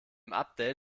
update